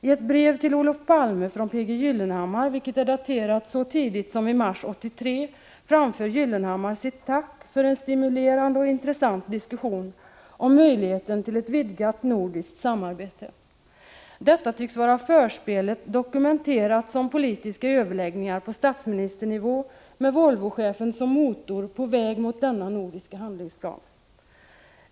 I ett brev till Olof Palme från P. G. Gyllenhammar, som är daterat så tidigt som i mars 1983, framför Gyllenhammar sitt ”tack för en stimulerande och intressant diskussion om möjligheten till ett vidgat nordiskt samarbete”. Detta tycks vara förspelet, dokumenterat som politiska överläggningar på statsministernivå med Volvochefen som motor på väg mot denna nordiska handlingsplan.